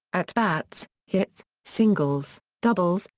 at-bats, hits, singles, doubles,